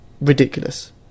ridiculous